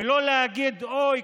ולא להגיד: אוי,